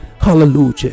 Hallelujah